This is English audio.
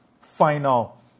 final